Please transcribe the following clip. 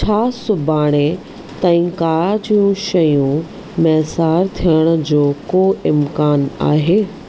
छा सुभाणे ताईं कार जूं शयूं मैसार थियण जो को इम्कान आहे